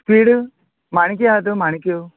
squid माणक्यो आहात माणक्यो